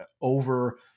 over